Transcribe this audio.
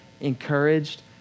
encouraged